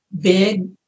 big